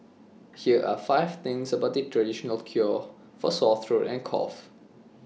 here are five things about the traditional cure for sore throat and cough